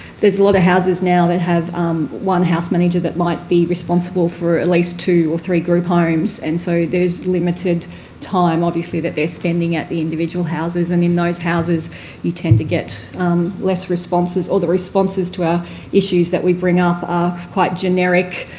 there's a lot of houses now that have one house manager that might be responsible for at least two or three group homes and so there's limited time, obviously, that they're spending at the individual houses and in those houses you tend to get less responses or the responses to our issues that we bring up are quite generic,